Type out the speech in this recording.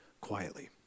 quietly